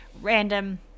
random